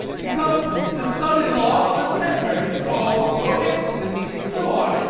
become the son-in-law of a senator, is called your excellency, and so on.